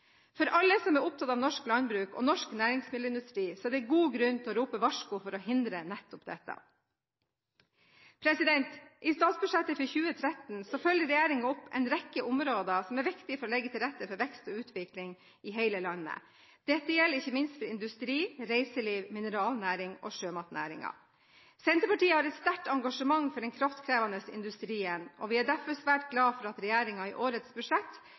For alle som er opptatt av norsk landbruk og norsk næringsmiddelindustri, er det god grunn til å rope varsko for å hindre nettopp dette. I statsbudsjettet for 2013 følger regjeringen opp en rekke områder som er viktige for å legge til rette for vekst og utvikling i hele landet. Dette gjelder ikke minst industri, reiseliv, mineralnæring og sjømatnæringen. Senterpartiet har et sterkt engasjement for den kraftkrevende industrien, og vi er derfor svært glad for at regjeringen i årets budsjett